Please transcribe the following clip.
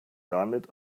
damit